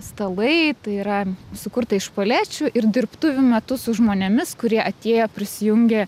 stalai tai yra sukurta iš palečių ir dirbtuvių metu su žmonėmis kurie atėjo prisijungė